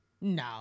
no